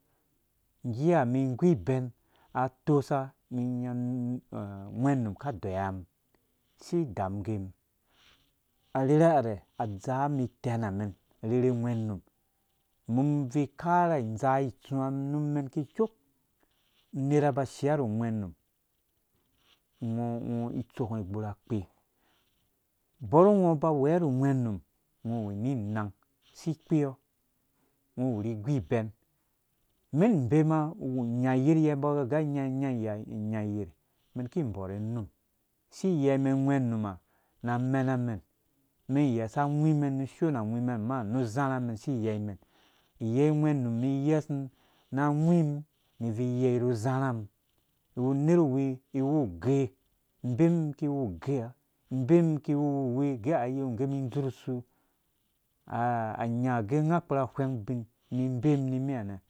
Ngge na umum igú ibɛn atosa umum inya ungwɛ num ka adeyiwanga umum si idamungge umum arherha ha rɛ adzaa umum itɛn amɛn arherha rɛ adzaa umum itɛn amen arherhe ungwɛ num umum ibuvi ikara idzaa itsuwã nu men kisshoo unera abaashia ru ungwe num ungo itsok ngo ighurh akpe bɔr ungo uba ouweɔ ru ungɛ num ungeɔ uwu inang si ikpeɔ ungo uwuri igu ibɛn umɛn in bema unyãyer yɛ umbɔ agɛ anyayer iki inbɔre unum isi iyeimɛn ungwɛ num ha na amenamen umɛn iyesa angwi mɛn nu ushɔm angwimen ama nu uzarha mɛn isi iyeimen iyei ungwe num umum iyesu na angwim ni ibvui iyei nu uzae hamum iwu igɛ ha inbem iki iwu uwurwi agɛ agɔ agɛ umum idzurhsu a anya agɛ unga akpura ahwɛng ubin umum iben imimi ha nɛ